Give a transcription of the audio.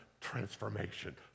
transformation